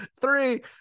three